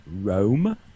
Rome